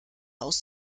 aus